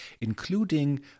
including